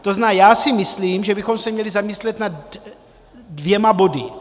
To znamená, já si myslím, že bychom se měli zamyslet nad dvěma body.